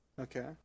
okay